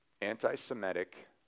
anti-Semitic